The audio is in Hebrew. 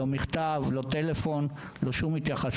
לא מכתב, לא טלפון, לא שום התייחסות.